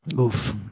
oof